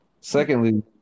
Secondly